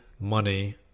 money